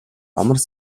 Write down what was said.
амар